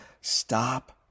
Stop